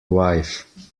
wife